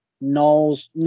knows